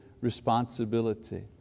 responsibility